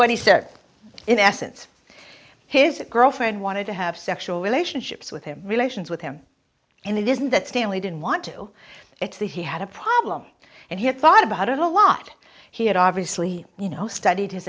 what he said in essence his girlfriend wanted to have sexual relationships with him relations with him and it isn't that stanley didn't want to it's that he had a problem and he had thought about it a lot he had obviously you know studied his